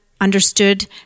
understood